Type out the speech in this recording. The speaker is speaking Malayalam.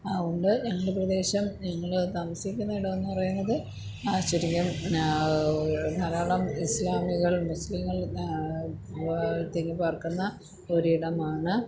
അതുണ്ട് രണ്ട് പ്രദേശം ഞങ്ങള് താമസിക്കുന്ന ഇടമെന്ന് പറയുന്നത് ചെറിയ ധാരാളം ഇസ്ലാമികളും മുസ്ലിങ്ങളും തിങ്ങിപ്പാർക്കുന്ന ഒരിടമാണ്